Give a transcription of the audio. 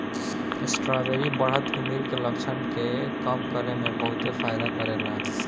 strawberry बढ़त उमिर के लक्षण के कम करे में बहुते फायदा करेला